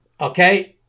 okay